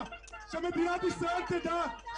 ההסעדה והאופנה,